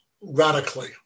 radically